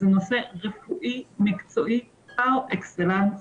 הוא נושא רפואי מקצועי פר אקסלנס.